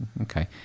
okay